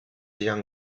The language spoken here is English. young